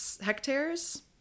hectares